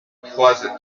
pleasant